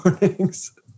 mornings